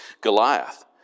Goliath